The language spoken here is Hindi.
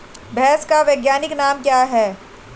भैंस का वैज्ञानिक नाम क्या है?